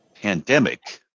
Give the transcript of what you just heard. Pandemic